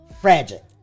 Fragile